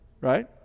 right